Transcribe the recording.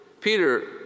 Peter